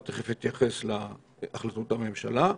ותכף אתייחס להחלטות הממשלה.